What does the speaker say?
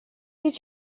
did